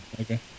Okay